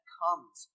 comes